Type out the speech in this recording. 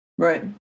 right